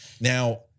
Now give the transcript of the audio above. Now